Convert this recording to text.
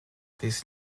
this